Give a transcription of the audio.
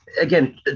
Again